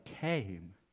came